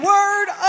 Word